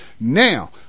now